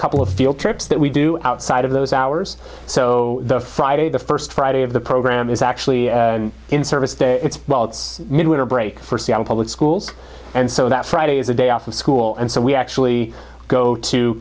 couple of field trips that we do outside of those hours so the friday the first friday of the program is actually in service it's well it's mid winter break for seattle public schools and so that friday is a day off of school and so we actually go to